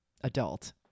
adult